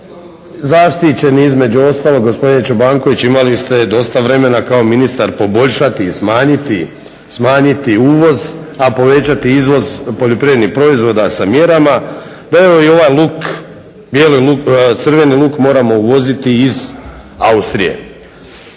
zaštićen između ostaloga. Gospodine Čobanković imali ste dosta vremena kao ministar poboljšati i smanjiti uvoz, a povećati izvoz poljoprivrednih proizvoda sa mjerama, da evo i ovaj luk, bijeli luk, crveni luk moramo uvoziti iz Austrije.